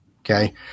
Okay